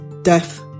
Death